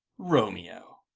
romeo,